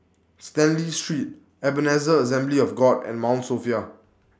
Stanley Street Ebenezer Assembly of God and Mount Sophia